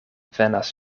venas